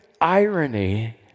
irony